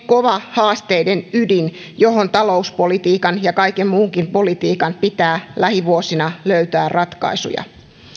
kova haasteiden ydin johon talouspolitiikan ja kaiken muunkin politiikan pitää lähivuosina löytää ratkaisuja